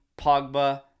Pogba